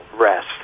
rest